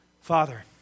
Father